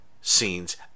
scenes